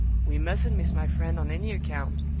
we mustn't miss my friend on any account,